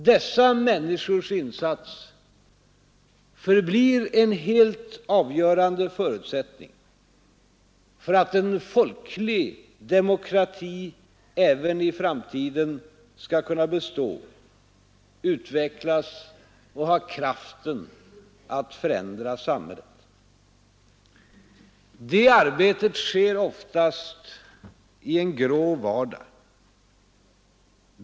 Dessa människors insats förblir en helt avgörande förutsättning för att en folklig demokrati även i framtiden skall kunna bestå, utvecklas och ha kraften att förändra samhället. Det arbetet sker oftast i en grå vardag.